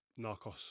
Narcos